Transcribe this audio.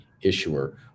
issuer